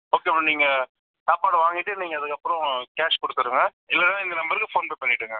okay ma'am நீங்கள் சாப்பாடு வாங்கிட்டு நீங்கள் அதுக்கப்புறம் கேஷ் கொடுத்துருங்க இல்லைன்னா இந்த நம்பருக்கு ஃபோன்பே பண்ணிவிடுங்க